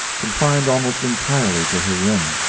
confined almost entirely to her room.